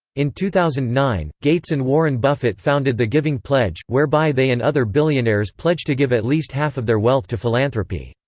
in two thousand and nine, gates and warren buffett founded the giving pledge, whereby they and other billionaires pledge to give at least half of their wealth to philanthropy.